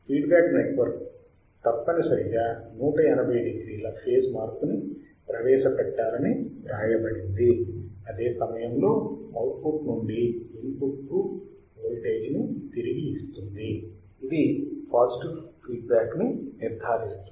feedback network తప్పని సరిగా 180 డిగ్రీల ఫేజ్ మార్పును ప్రవేశపెట్టాలని వ్రాయబడింది అదే సమయంలో అవుట్పుట్ నుండి ఇన్పుట్కు వోల్టేజ్ను తిరిగి ఇస్తుంది ఇది పాజిటివ్ ఫీడ్ బ్యాక్ ని నిర్ధారిస్తుంది